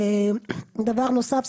דבר נוסף,